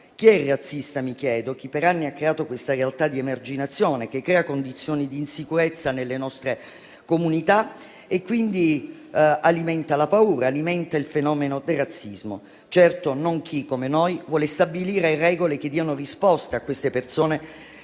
Chi è il razzista, mi chiedo? Chi per anni ha creato questa realtà di emarginazione, che crea condizioni di insicurezza nelle nostre comunità e quindi alimenta la paura e il fenomeno del razzismo. Certo non chi, come noi, vuole stabilire regole che diano risposte a queste persone, che